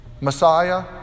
Messiah